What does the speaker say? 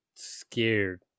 scared